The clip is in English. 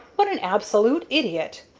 what an absolute idiot!